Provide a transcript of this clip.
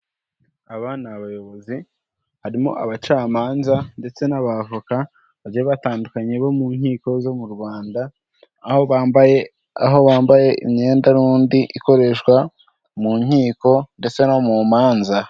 Aba ni abayobozi harimo abacamanza, ndetse n'abavoka bagiye batandukanye bo mu nkiko zo mu Rwanda. Aho bambaye imyenda n'ubundi ikoreshwa mu nkiko ndetse no mu manza.